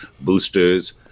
boosters